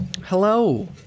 Hello